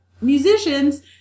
musicians